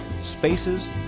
spaces